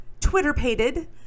twitter-pated